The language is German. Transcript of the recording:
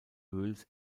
öls